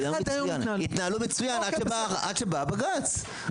התנהלו מצוין עד שבא הבג"צ.